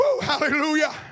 Hallelujah